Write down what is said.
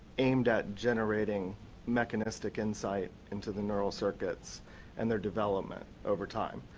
aimed at generating mechanistic insight into the neural circuits and their development over time.